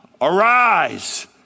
arise